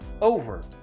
over